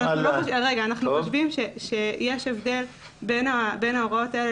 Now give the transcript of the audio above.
אנחנו חושבים שיש הבדל בין ההוראות האלה